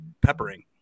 peppering